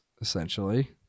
essentially